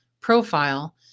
profile